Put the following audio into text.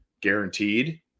guaranteed